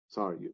Sorry